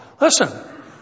Listen